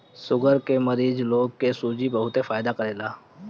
sugar के मरीज लोग के सूजी बहुते फायदा करेला